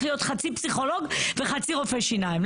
להיות חצי פסיכולוג וחצי רופא שיניים.